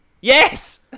Yes